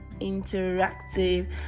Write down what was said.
interactive